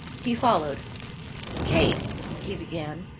he followed kate he began.